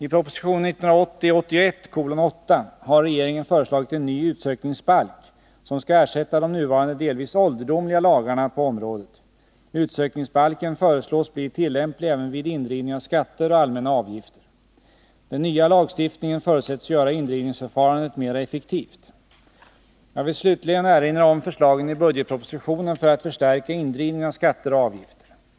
I proposition 1980/81:8 har regeringen föreslagit en ny utsökningsbalk, som skall ersätta de nuvarande delvis ålderdomliga lagarna på området. Utsökningsbalken föreslås bli tillämplig även vid indrivning av skatter och allmänna avgifter. Den nya lagstiftningen förutsätts göra indrivningsförfarandet mera effektivt. Jag vill slutligen erinra om förslagen i budgetpropositionen för att förstärka indrivningen av skatter och avgifter.